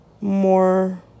more